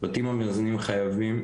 הבתים המאזנים חייבים,